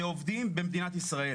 בעובדים במדינת ישראל.